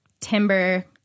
timber